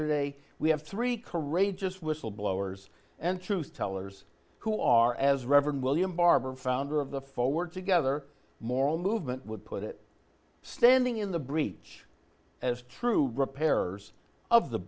today we have three courageous whistleblowers and truth tellers who are as reverend william barber founder of the forward together moral movement would put it standing in the breach as true repairers o